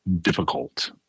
difficult